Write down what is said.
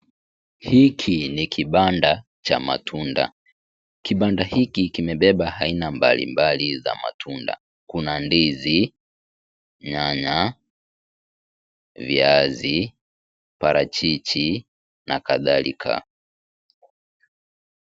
Hiki ni kibanda cha matunda. Kibanda hiki kimebeba aina mbalimbali za matunda. Kuna ndizi, nyanya, viazi, parachichi, na kadhalika.